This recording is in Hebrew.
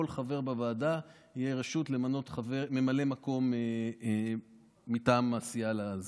חבר בוועדה תהיה רשות למנות ממלא מקום מטעם הסיעה.